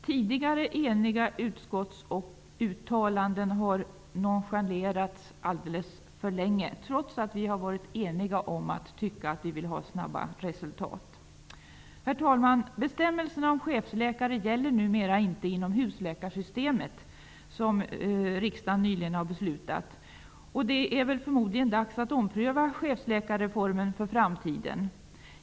Tidigare utskottsuttalanden har nonchalerats alldeles för länge, trots att vi har varit eniga om att vi vill ha snabba resultat. Herr talman! Bestämmelserna om chefsläkare gäller numera inte inom husläkarsystemet, som riksdagen nyligen har beslutat om. Det är förmodligen dags att ompröva chefsläkarreformen för framtiden.